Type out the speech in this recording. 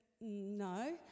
no